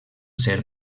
ser